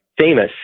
famous